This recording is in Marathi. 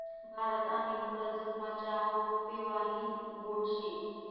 भारत आणि पुरा जगमा च्या हावू पेवानी गोट शे